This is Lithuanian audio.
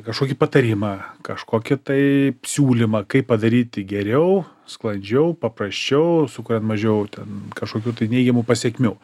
kažkokį patarimą kažkokį tai siūlymą kaip padaryti geriau sklandžiau paprasčiau sukuriant mažiau ten kažkokių tai neigiamų pasekmių